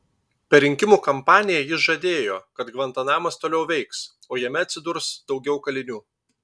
per rinkimų kampaniją jis žadėjo kad gvantanamas toliau veiks o jame atsidurs daugiau kalinių